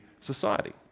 society